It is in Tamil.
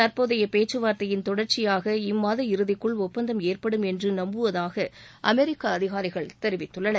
தற்போதைய பேக்கவார்த்தையின் தொடர்க்சியாக இம்மாத இறுதிக்குள் ஒப்பந்தம் ஏற்படும் என்று நம்புவதாக அமெரிக்க அதிகாரிகள் தெரிவித்துள்ளனர்